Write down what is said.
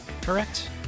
Correct